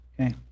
okay